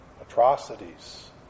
atrocities